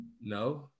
No